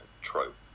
trope